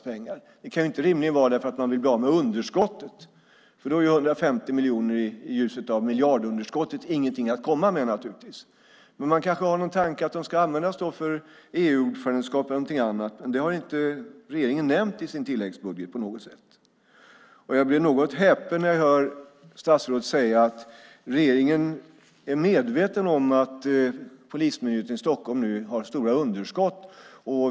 Anledningen kan rimligen inte vara att man vill bli av med underskottet, för då är 150 miljoner i ljuset av miljardunderskottet naturligtvis ingenting att komma med. Kanske har man någon tanke om att pengarna ska användas till EU-ordförandeskapet exempelvis. Det där har regeringen i sin tilläggsbudget inte på något sätt nämnt något om. Jag blir något häpen när jag hör statsrådet säga: Regeringen är medveten om att polismyndigheten i Stockholm nu har stora underskott.